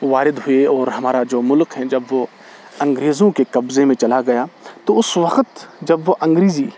وارد ہوئے اور ہمارا جو ملک ہے جب وہ انگریزوں کے قبضے میں چلا گیا تو اس وقت جب وہ انگریزی